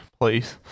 please